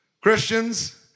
Christians